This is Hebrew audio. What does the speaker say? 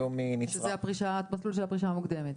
שזה המסלול של הפרישה המוקדמת.